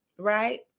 right